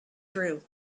through